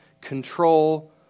control